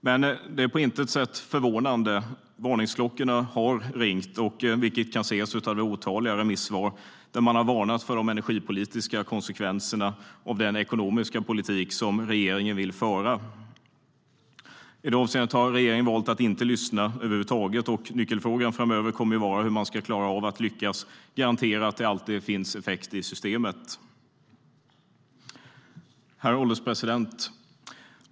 Men det är på intet sätt förvånande. Varningsklockorna har ringt, vilket kan ses av de otaliga remissvar där man har varnat för de energipolitiska konsekvenserna av den ekonomiska politik som regeringen vill föra. I det avseendet har regeringen valt att inte lyssna över huvud taget. Nyckelfrågan framöver kommer att vara hur man ska klara av att garantera att det alltid finns effekt i systemet. Herr ålderspresident!